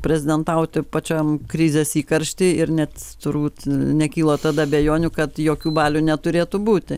prezidentauti pačiam krizės įkaršty ir net turbūt nekilo tada abejonių kad jokių balių neturėtų būti